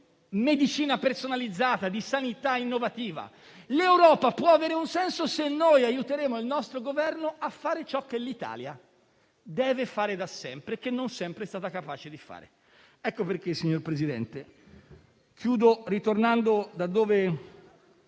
di medicina personalizzata e di sanità innovativa. L'Europa può avere un senso se noi aiuteremo il nostro Governo a fare ciò che l'Italia deve fare da sempre e che non sempre è stata capace di fare.